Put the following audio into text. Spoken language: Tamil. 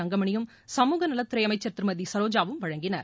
தங்கமணியும் சமூகநலத்துறை அமைச்சர் திருமதி சரோஜாவும் வழங்கினர்